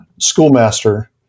schoolmaster